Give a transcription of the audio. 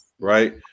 right